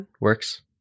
Works